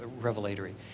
revelatory